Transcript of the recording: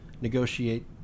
negotiate